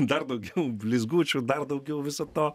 dar daugiau blizgučių dar daugiau viso to